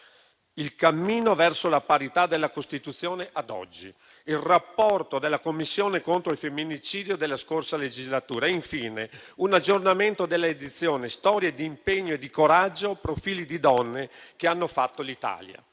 delle donne verso la parità dalla Costituzione ad oggi»; il Rapporto della Commissione contro il femminicidio della scorsa legislatura e, infine, un aggiornamento delle edizioni «Storie d'ingegno e di coraggio. Profili di donne che hanno fatto l'Italia».